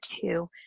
two